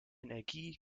energie